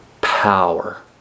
power